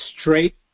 straight